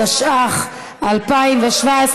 התשע"ח 2017. האופוזיציה פה,